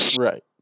Right